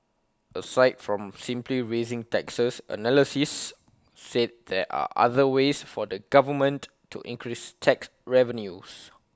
aside from simply raising taxes analysis said there are other ways for the government to increase tax revenues